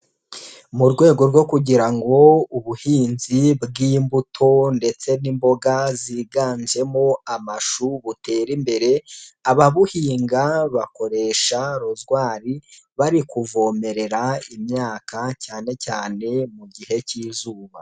Mu rwego rwo kugira ngo ubuhinzi bw'imbuto ndetse n'imboga ziganjemo amashu butere imbere, ababuhinga bakoresha rozwari, bari kuvomerera imyaka cyane cyane mu gihe k'izuba.